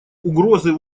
угрозы